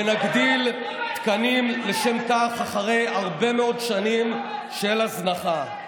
ונגדיל תקנים לשם כך אחרי הרבה מאוד שנים של הזנחה.